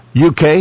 UK